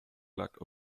lack